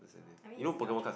I mean is your choice